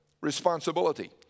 responsibility